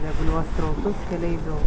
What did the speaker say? reguliuos srautus keleivių